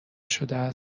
شده